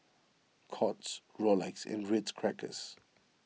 Courts Rolex and Ritz Crackers